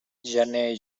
gener